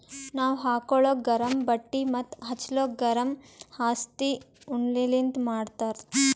ನಾವ್ ಹಾಕೋಳಕ್ ಗರಮ್ ಬಟ್ಟಿ ಮತ್ತ್ ಹಚ್ಗೋಲಕ್ ಗರಮ್ ಹಾಸ್ಗಿ ಉಣ್ಣಿಲಿಂತ್ ಮಾಡಿರ್ತರ್